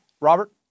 Robert